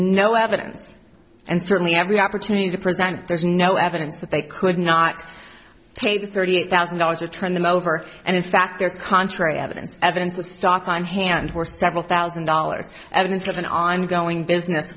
no evidence and certainly every opportunity to present there's no evidence that they could not pay thirty eight thousand dollars to train them over and in fact there's contrary evidence evidence of stock on hand for several thousand dollars evidence of an ongoing business